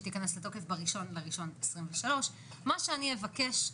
שתיכנס לתוקף ב-1 בינואר 2023. מה שאני אבקש: